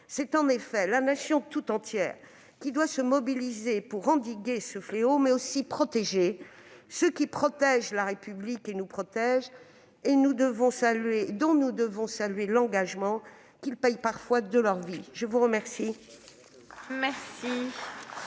c'est la Nation tout entière qui doit se mobiliser pour endiguer ce fléau, mais aussi pour protéger ceux qui protègent la République et nous protègent, et dont nous devons saluer l'engagement, qu'ils payent parfois de leur vie. La parole